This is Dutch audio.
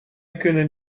kunnen